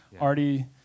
already